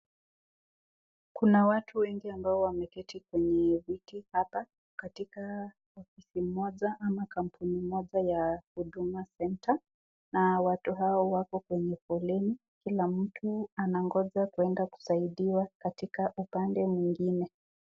Kuna watu wengi ambao wameketi kwenye viti hapa katika ofisi moja ama kampuni moja ya Huduma Kenya na watu hao wako kwenye foleni, kila mtu anangoja kuenda kusaidiwa katika upande mwingine.